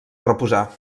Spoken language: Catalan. reposar